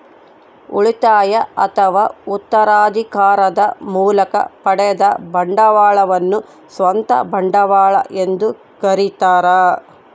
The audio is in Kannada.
ಉಳಿತಾಯ ಅಥವಾ ಉತ್ತರಾಧಿಕಾರದ ಮೂಲಕ ಪಡೆದ ಬಂಡವಾಳವನ್ನು ಸ್ವಂತ ಬಂಡವಾಳ ಎಂದು ಕರೀತಾರ